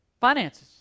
Finances